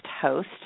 host